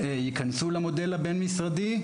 ייכנסו אל המודל הבין משרדי.